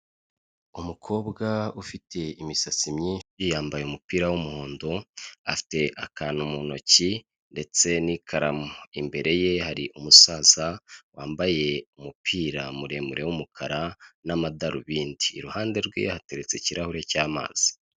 Umukobwa ufite imisatsi myinshi yambaye umupira w'umuhondo, afite akantu mu ntoki ndetse n'ikaramu. Imbere ye hari umusaza wambaye umupira muremure w'umukara n'amadarubindi. Iruhande rwe hateretse ikirahure cy'amazi.